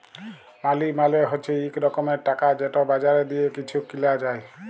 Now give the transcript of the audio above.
মালি মালে হছে ইক রকমের টাকা যেট বাজারে দিঁয়ে কিছু কিলা যায়